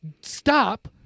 Stop